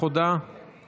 בהיעדר ועדת